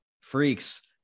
freaks